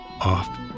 off